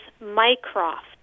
Mycroft